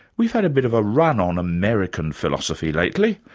we've had a bit of a run on american philosophy lately.